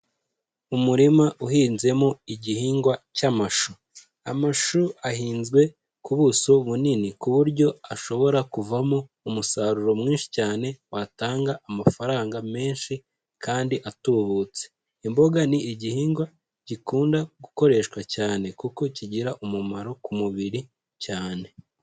Umurima uhinzemo igihingwa cy'amashu. Amashu ahinzwe ku buso bunini, ku buryo ashobora kuvamo umusaruro mwinshi cyane watanga amafaranga menshi kandi atubutse. Imboga ni igihingwa gikunda gukoreshwa cyane, kuko kigira umumaro ku mubiri cyane.